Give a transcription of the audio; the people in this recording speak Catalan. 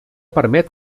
permet